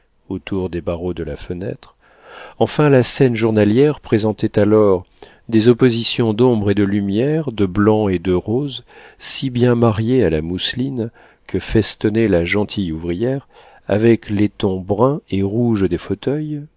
autour des barreaux de la fenêtre enfin la scène journalière présentait alors des oppositions d'ombre et de lumière de blanc et de rose si bien mariées à la mousseline que festonnait la gentille ouvrière avec les tons bruns et rouges des fauteuils